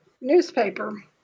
newspaper